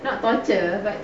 not torture but